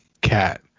Cat